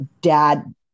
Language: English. Dad